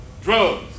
Drugs